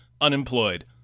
unemployed